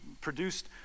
produced